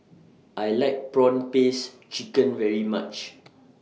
I like Prawn Paste Chicken very much